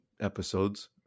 episodes